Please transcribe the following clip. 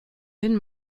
den